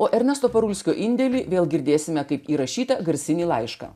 o ernesto parulskio indėlį vėl girdėsime kaip įrašytą garsinį laišką